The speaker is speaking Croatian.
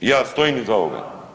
Ja stojim iza ovoga.